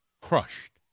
crushed